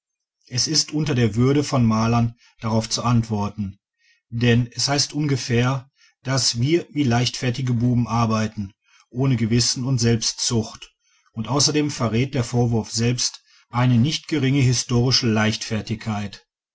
es ist unter der würde von malern darauf zu antworten denn es heißt ungefähr daß wir wie leichtfertige buben arbeiten ohne gewissen und selbstzucht und außerdem verrät der vorwurf selbst eine nicht geringe historische leichtfertigkeit